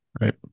Right